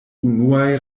unuaj